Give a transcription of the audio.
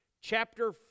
chapter